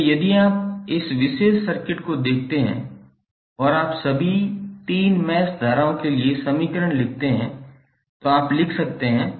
इसलिए यदि आप इस विशेष सर्किट को देखते हैं और आप सभी 3 मैश धाराओं के लिए समीकरण लिखते हैं जो आप लिख सकते हैं